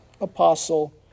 apostle